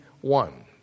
one